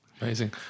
Amazing